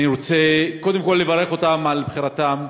אני רוצה קודם כול לברך אותם על בחירתם,